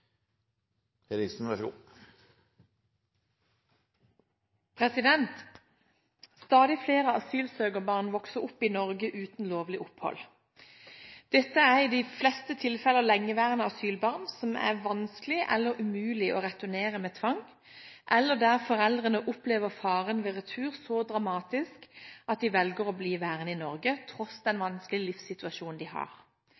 i de fleste tilfeller lengeværende asylbarn som det er vanskelig eller umulig å returnere med tvang, eller der foreldrene opplever faren ved retur så dramatisk at de velger å bli værende i Norge, tross den